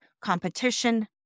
competition